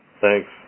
Thanks